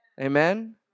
Amen